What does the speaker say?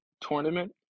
tournament